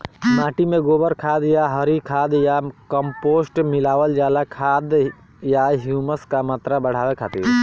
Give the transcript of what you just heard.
माटी में गोबर खाद या हरी खाद या कम्पोस्ट मिलावल जाला खाद या ह्यूमस क मात्रा बढ़ावे खातिर?